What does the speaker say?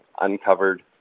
uncovered